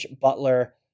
Butler